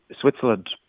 Switzerland